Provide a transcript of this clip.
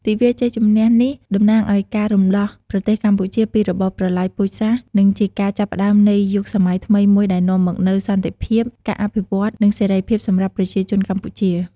ទិវាជ័យជំនះនេះតំណាងឲ្យការរំដោះប្រទេសកម្ពុជាពីរបបប្រល័យពូជសាសន៍ និងជាការចាប់ផ្តើមនៃយុគសម័យថ្មីមួយដែលនាំមកនូវសន្តិភាព ការអភិវឌ្ឍន៍ និងសេរីភាពសម្រាប់ប្រជាជនកម្ពុជា។